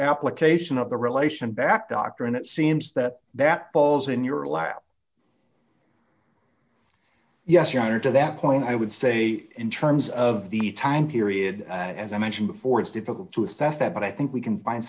application of the relation back dr and it seems that that ball's in your lap yes your honor to that point i would say in terms of the time period as i mentioned before it's difficult to assess that but i think we can find